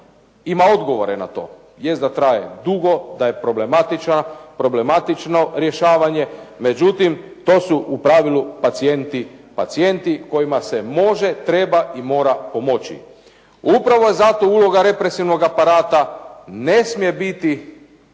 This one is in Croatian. ima odgovore na to. Jest da traje dugo, da je problematično rješavanje, međutim to su u pravilu pacijenti kojima se može, treba i mora pomoći. Upravo zato uloga represivnog aparata ne smije biti